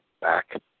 back